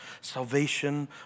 salvation